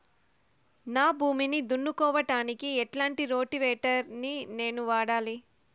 నా భూమి దున్నుకోవడానికి ఎట్లాంటి రోటివేటర్ ని నేను వాడాలి?